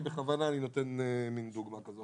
בכוונה אני מביא דוגמה כזאת.